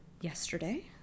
yesterday